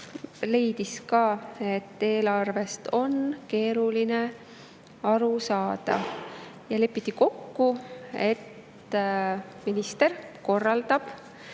leidis, et eelarvest on keeruline aru saada. Lepiti kokku, et minister korraldab